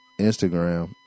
Instagram